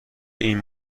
این